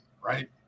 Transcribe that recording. Right